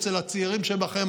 ואצל הצעירים שבכם,